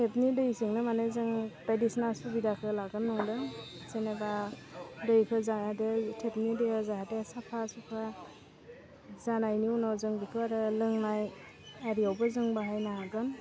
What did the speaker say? टेपनि दैजोंनो माने जों बायदिसिना सुबिदाखौ लागोन नंदों जेनेबा दैखौ जाहाथे टेपनि दैया जाहाथे साफा सुफा जानायनि उनाव जों बिखौ आरो लोंनाय आरियावबो जों बाहायनो हागोन